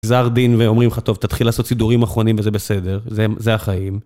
גזר דין ואומרים לך, טוב, תתחיל לעשות סידורים אחרונים וזה בסדר, זה החיים.